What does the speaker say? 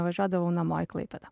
važiuodavau namo į klaipėdą